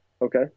Okay